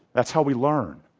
that's how we learn.